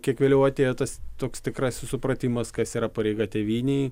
kiek vėliau atėjo tas toks tikrasis supratimas kas yra pareiga tėvynei